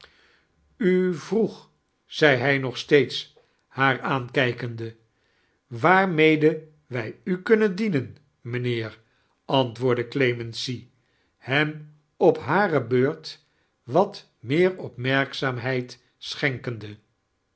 u vroeg zed hij nog steeds haar aamkijkemde waarmede wij u kumtuem ddemem mijnheer antwoordde clemency hem op hare beurt wat meer opmeirkzaamheid echenkendie